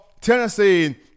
Tennessee